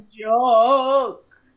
joke